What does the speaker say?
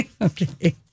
Okay